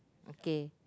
okay